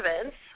events